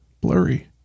Blurry